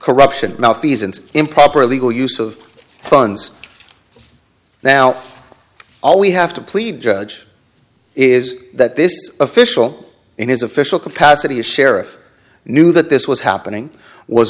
corruption malfeasance improper legal use of funds now all we have to plead judge is that this official in his official capacity as sheriff knew that this was happening was